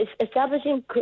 establishing